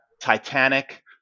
Titanic